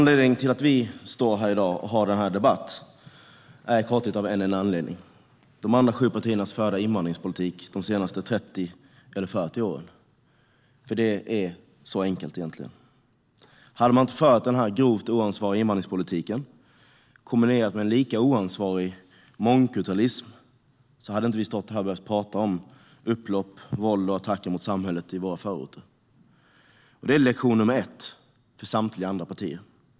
Herr talman! Det är i korthet en enda anledning till att vi har den här debatten i dag: de andra sju partiernas förda invandringspolitik de senaste 30 eller 40 åren. Det är egentligen så enkelt. Hade man inte fört den grovt oansvariga invandringspolitiken och kombinerat den med en lika oansvarig mångkulturalism hade vi inte behövt stå här och prata om upplopp, våld och attacker mot samhället i våra förorter. Det är lektion nummer ett för samtliga andra partier.